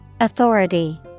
Authority